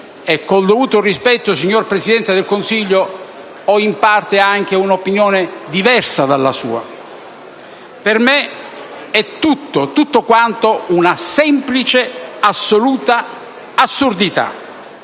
e, con il dovuto rispetto, signor Presidente del Consiglio, ho in parte anche un'opinione diversa dalla sua: per me è tutto quanto una semplice ed assoluta assurdità.